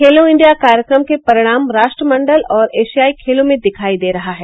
खेलो India कार्यक्रम के परिणाम राष्ट्रमंडल और एशियाई खेलों में दिखाई दे रहा हैं